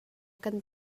kan